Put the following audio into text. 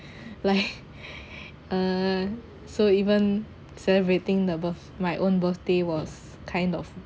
like uh so even celebrating the birth~ my own birthday was kind of